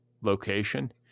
location